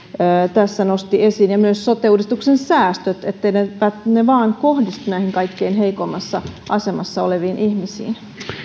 tässä nosti esiin ja myös sote uudistuksen säästöistä etteivät ne vain kohdistu näihin kaikkein heikoimmassa asemassa oleviin ihmisiin